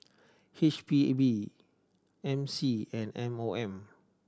H P B M C and M O M